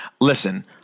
Listen